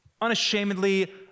unashamedly